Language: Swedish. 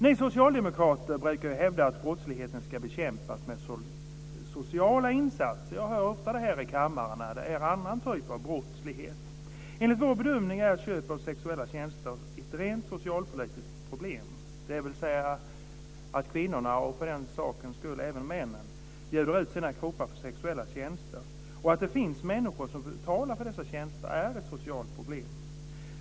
Ni socialdemokrater brukar ju hävda att brottsligheten ska bekämpas med sociala insatser. Jag hör detta ofta i kammaren när det är fråga om någon annan typ av brottslighet. Enligt vår bedömning är köp av sexuella tjänster ett rent socialpolitiskt problem, dvs. att kvinnorna, och för den sakens skull även männen, bjuder ut sina kroppar för sexuella tjänster. Och att det finns människor som betalar för dessa tjänster är ett socialpolitiskt problem.